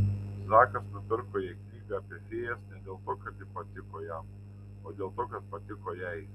zakas nupirko jai knygą apie fėjas ne dėl to kad ji patiko jam o dėl to kad patiko jai